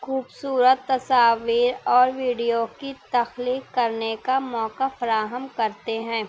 خوبصورت تصاویر اور ویڈیو کی تخلیق کرنے کا موقع فراہم کرتے ہیں